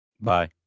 Bye